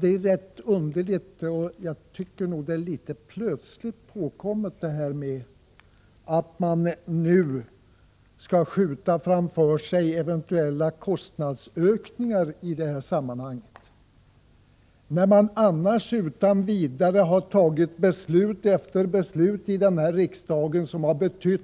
Det är rätt underligt, och jag tycker att det kommer litet plötsligt, att man vill skjuta eventuella kostnadsökningar i detta sammanhang framför sig när man tidigare utan vidare har fattat beslut efter beslut i den här riksdagen, som har lett till